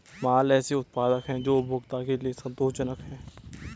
माल ऐसे उत्पाद हैं जो उपभोक्ता के लिए संतोषजनक हैं